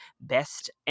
best